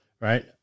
Right